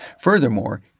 Furthermore